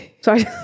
Sorry